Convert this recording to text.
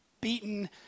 beaten